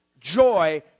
joy